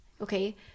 okay